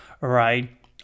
right